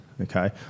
okay